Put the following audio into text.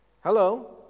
Hello